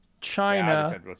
China